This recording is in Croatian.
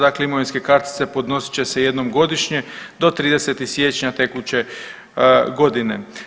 Dakle, imovinske kartice podnosit će se jednom godišnje do 30. siječnja tekuće godine.